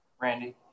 Randy